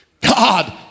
God